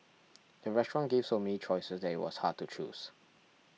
the restaurant gave so many choices that it was hard to choose